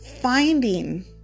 finding